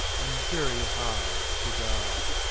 and very hard to die.